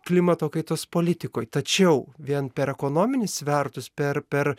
klimato kaitos politikoj tačiau vien per ekonominius svertus per per